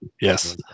Yes